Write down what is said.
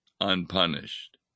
unpunished